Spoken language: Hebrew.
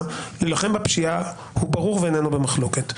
להילחם בפשיעה הוא ברור ואיננו במחלוקת.